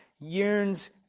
yearns